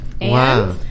Wow